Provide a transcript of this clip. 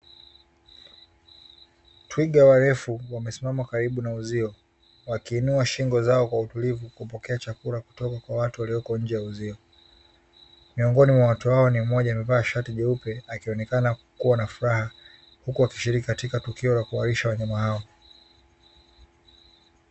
Twiga warefu wamesimama karibu na uzio, wakiinua shingo zao kwa utulivu kupokea chakula kutoka kwa watu walioko nje ya uzio. Miongoni mwa watu hawa ni mmoja amevaa shati jeupe, akionekana kua na furaha huku akishiriki katika tukio la kuwalisha wanyama hawa.